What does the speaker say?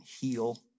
heal